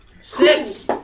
Six